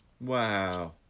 wow